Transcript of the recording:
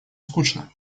скучно